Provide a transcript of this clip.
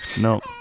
No